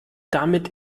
damit